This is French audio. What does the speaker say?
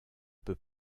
peu